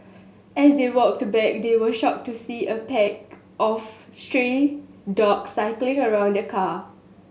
as they walked back they were shocked to see a pack of stray dogs circling around the car